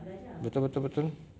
betul betul betul